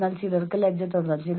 അതിനാൽ നിങ്ങൾ പുകവലി ആരംഭിക്കുന്നു